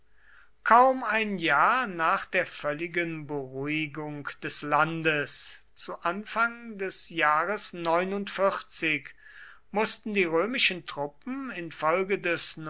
kaum ein jahr nach der völligen beruhigung des landes zu anfang des jahres mußten die römischen truppen infolge des